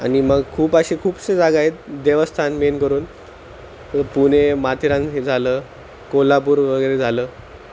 आणि मग खूप असे खूपसे जागा आहेत देवस्थान मेन करून पुणे माथेरान हे झालं कोल्हापूर वगैरे झालं